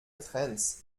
trends